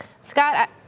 Scott